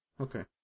Okay